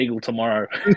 tomorrow